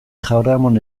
jaramon